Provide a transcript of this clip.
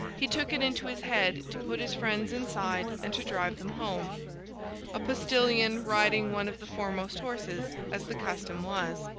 he took it into his head to put his friends inside and to drive them home a postillion riding one of the foremost horses, as the custom was.